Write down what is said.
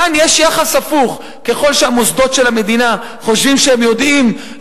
כאן יש יחס הפוך: ככל שהמוסדות של המדינה חושבים שהם יודעים,